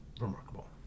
remarkable